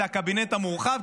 זה הקבינט המורחב,